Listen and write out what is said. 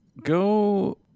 go